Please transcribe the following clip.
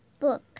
book